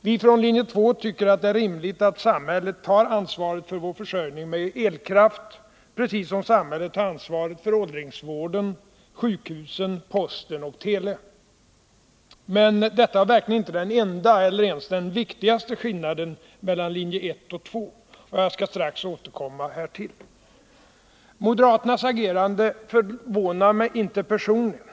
Vi från linje 2 tycker att det är rimligt att samhället tar ansvaret för vår försörjning med elkraft, precis som samhället tar ansvaret för åldringsvård, sjukhus, post och tele. Men detta var verkligen inte den enda eller ens den viktigaste skillnaden mellan linjerna 1 och 2. Jag skall strax återkomma härtill. Moderaternas agerande förvånar inte mig personligen.